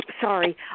sorry